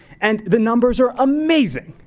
and the numbers are amazing.